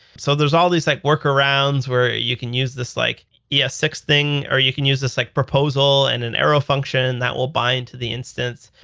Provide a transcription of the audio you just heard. so there's all these like workarounds where you can use this like e s six thing, or you can use this like proposal and an arrow function that will bind to the instance.